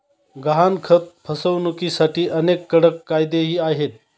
गहाणखत फसवणुकीसाठी अनेक कडक कायदेही आहेत